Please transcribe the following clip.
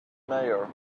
mayor